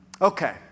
Okay